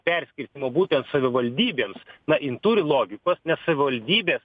perskirstymo būtent savivaldybėms na jin turi logikos nes savivaldybės